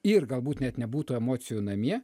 ir galbūt net nebūtų emocijų namie